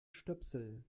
stöpsel